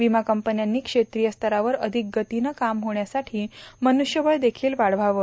विमा कंपन्यांनी क्षेत्रिय स्तरावर अधिक गतीनं काम होण्यासाठी मन्ष्यबळ देखील वाढवावं